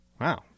Wow